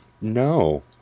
No